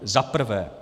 Za prvé.